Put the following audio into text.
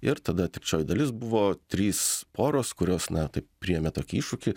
ir tada trečioji dalis buvo trys poros kurios na taip priėmė tokį iššūkį